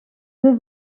peut